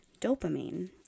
Dopamine